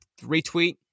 retweet